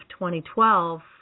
2012